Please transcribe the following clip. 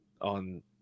on